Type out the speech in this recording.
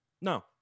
No